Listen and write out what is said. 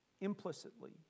implicitly